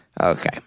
Okay